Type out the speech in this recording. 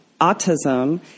autism